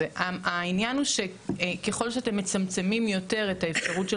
העניין הוא שככל שאתם מצמצמים יותר את האפשרות של